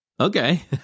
Okay